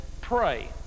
pray